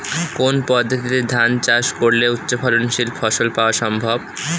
কোন পদ্ধতিতে ধান চাষ করলে উচ্চফলনশীল ফসল পাওয়া সম্ভব?